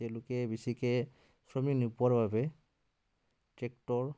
তেওঁলোকে বেছিকৈ শ্ৰমিক নোপোৱাৰ বাবে ট্ৰেক্টৰ